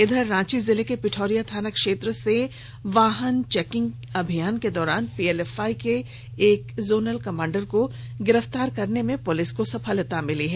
इधर रांची जिले के पिठौरिया थाना क्षेत्र से वाहन चेकिंग अभियान के दौरान पीएलएफआई के एक जोनल कमांडर को गिरफ्तार करने में पुलिस को सफलता मिली है